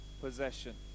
possession